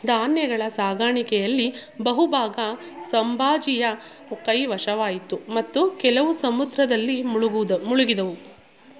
ಧಾನ್ಯಗಳ ಸಾಗಾಣಿಕೆಯಲ್ಲಿ ಬಹುಭಾಗ ಸಂಭಾಜಿಯ ಕೈ ವಶವಾಯಿತು ಮತ್ತು ಕೆಲವು ಸಮುದ್ರದಲ್ಲಿ ಮುಳುಗುದ ಮುಳುಗಿದವು